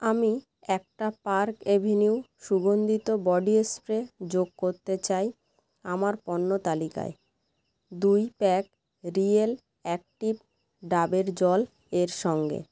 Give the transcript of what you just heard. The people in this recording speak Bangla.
আমি একটা পার্ক অ্যাভিনিউ সুগন্ধিত বডি স্প্রে যোগ করতে চাই আমার পণ্য তালিকায় দুই প্যাক রিয়েল অ্যাকটিভ ডাবের জল এর সঙ্গে